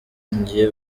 nke